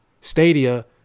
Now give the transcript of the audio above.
Stadia